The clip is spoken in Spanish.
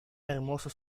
hermoso